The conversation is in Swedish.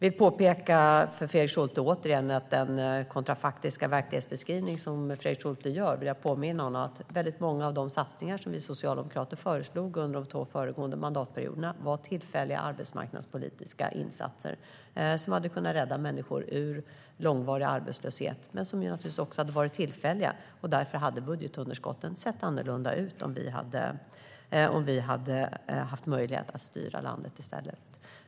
När det gäller den kontrafaktiska verklighetsbeskrivning som Fredrik Schulte gör vill jag påminna honom om att väldigt många av de satsningar som vi socialdemokrater föreslog under de två föregående mandatperioderna var tillfälliga arbetsmarknadspolitiska insatser som hade kunnat rädda människor ur långvarig arbetslöshet. Men de hade naturligtvis varit tillfälliga, och därför hade budgetunderskotten sett annorlunda ut om vi hade haft möjlighet att styra landet i stället.